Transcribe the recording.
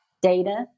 data